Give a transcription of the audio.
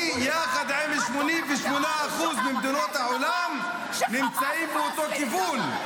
אני יחד עם 88% ממדינות העולם נמצאים באותו כיוון.